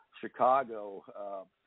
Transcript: Chicago